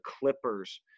Clippers